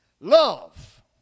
Love